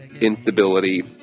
instability